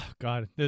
god